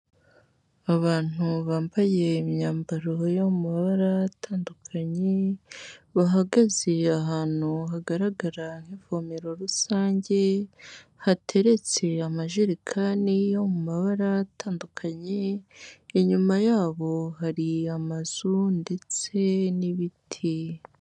Abantu bambaye imyambaro yo mu mabara atandukanye, bahagaze ahantu hagaragara nk'ivomero rusange, hateretse amajerekani yo mu mabara atandukanye, inyuma yabo hari amazu ndetse n'ibiti.